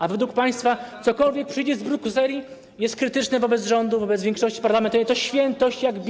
A według państwa cokolwiek przyjdzie z Brukseli, jest krytyczne wobec rządu, wobec większości parlamentarnej, to świętość jak Biblia.